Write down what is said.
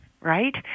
right